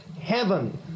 heaven